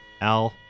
Al